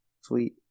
Sweet